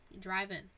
driving